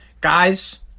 Guys